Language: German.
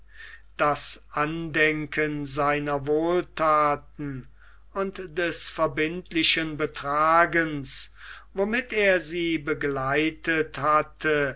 das andenken seiner wohlthaten und des verbindlichen betragens womit er sie begleitet hatte